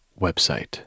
website